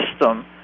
system